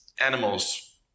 animals